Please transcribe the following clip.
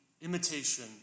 imitation